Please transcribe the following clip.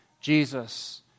Jesus